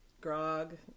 Grog